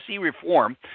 reform